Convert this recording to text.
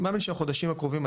אני מאמין שבחודשים הקרובים,